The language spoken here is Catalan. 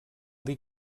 dir